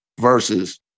versus